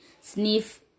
Sniff